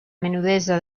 menudesa